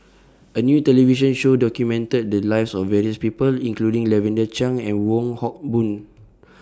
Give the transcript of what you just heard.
A New television Show documented The Lives of various People including Lavender Chang and Wong Hock Boon